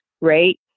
right